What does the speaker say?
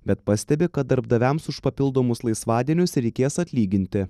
bet pastebi kad darbdaviams už papildomus laisvadienius reikės atlyginti